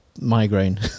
migraine